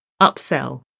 Upsell